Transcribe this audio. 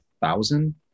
thousand